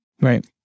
Right